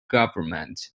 government